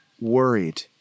worried